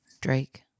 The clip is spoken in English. Drake